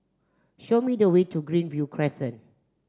show me the way to Greenview Crescent